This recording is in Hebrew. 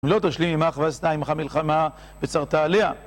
אם לא תשלים עמך, ועשתה עמך מלחמה וצרת עלייה